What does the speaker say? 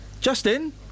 Justin